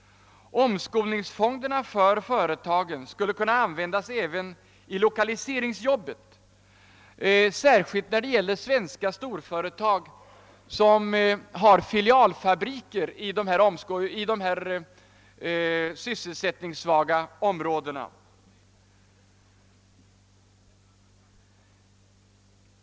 Omskolningsfonderna för företagen skulle kunna användas även i lokaliseringsarbetet, särskilt när det gäller svenska storföretag som har filialfabriker i dessa sysselsättningssvaga områden.